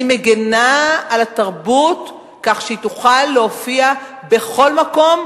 אני מגינה על התרבות כך שהיא תוכל להופיע בכל מקום,